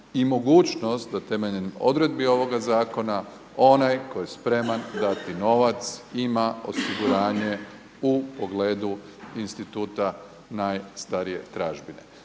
i mogućnost da temeljem odredbi ovoga zakona onaj tko je spreman dati novac ima osiguranje u pogledu instituta najstarije tražbine.